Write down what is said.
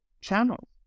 channels